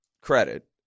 credit